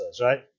right